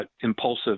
impulsive